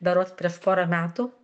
berods prieš porą metų